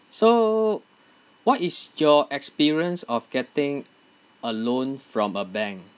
so what is your experience of getting a loan from a bank